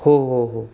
हो हो हो